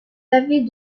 avez